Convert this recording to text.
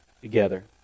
together